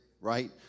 right